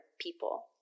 people